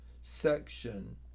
section